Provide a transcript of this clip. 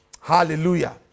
hallelujah